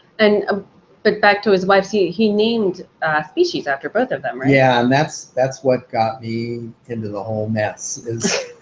and um but back to his wives, he he named a species after both of them, right? yeah, and that's that's what got me and the whole mess.